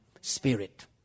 Spirit